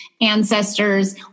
ancestors